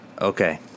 Okay